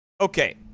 Okay